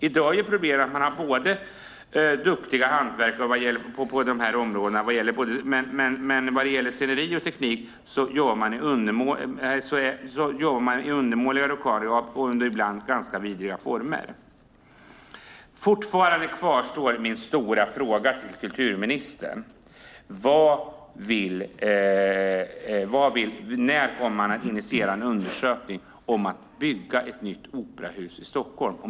I dag är problemet att man har duktiga hantverkare på de här områdena, men vad gäller sceneri och teknik arbetar man i undermåliga lokaler under ibland ganska vidriga former. Fortfarande kvarstår min stora fråga till kulturministern: När kommer man att initiera en undersökning om att bygga ett nytt operahus i Stockholm?